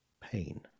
pain